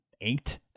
eight